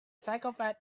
psychopath